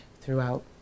throughout